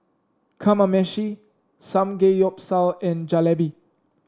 Kamameshi Samgeyopsal and Jalebi